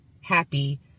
happy